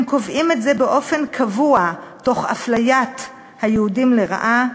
הם קובעים את זה באופן קבוע תוך אפליית היהודים לרעה.